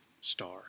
star